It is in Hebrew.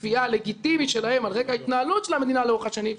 הצפייה הלגיטימי שלהם על רקע ההתנהלות של המדינה לאורך השנים,